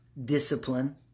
discipline